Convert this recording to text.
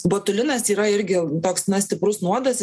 botulinas yra irgi toks stiprus nuodas